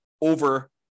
over